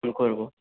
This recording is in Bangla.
করব